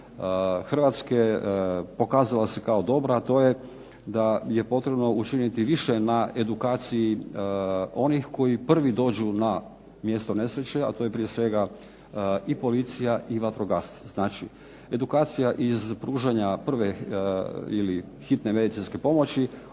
Hrvatske pokazala se kao dobra, a to je da je potrebno učiniti više na edukaciji onih koji prvi dođu na mjesto nesreće, a to je prije svega i policija i vatrogasci. Znači, edukacija iz pružanja prve ili hitne medicinske pomoći,